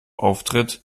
auftritt